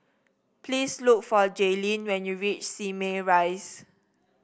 please look for Jailene when you reach Simei Rise